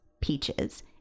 peaches